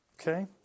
Okay